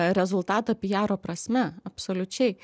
rezultatą pijaro prasme absoliučiai